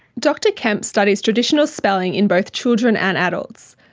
dr kemp studies traditional spelling in both children and adults.